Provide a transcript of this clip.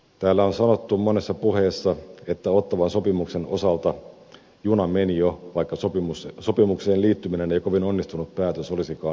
täällä on sanottu monessa puheessa että ottawan sopimuksen osalta juna meni jo vaikka sopimukseen liittyminen ei kovin onnistunut päätös olisikaan ollut